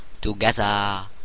together